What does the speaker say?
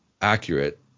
accurate